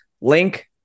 Link